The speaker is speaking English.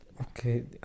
okay